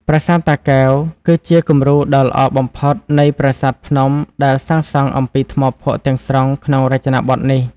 ប្រាសាទតាកែវគឺជាគំរូដ៏ល្អបំផុតនៃប្រាសាទភ្នំដែលសាងសង់អំពីថ្មភក់ទាំងស្រុងក្នុងរចនាបថនេះ។